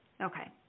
Okay